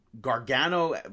Gargano